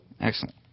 Excellent